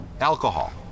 alcohol